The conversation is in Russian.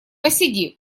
посиди